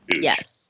Yes